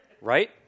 right